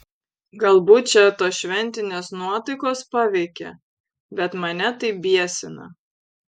galbūt čia tos šventinės nuotaikos paveikė bet mane tai biesina